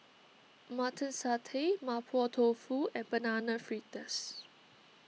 Mutton Satay Mapo Tofu and Banana Fritters